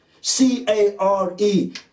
C-A-R-E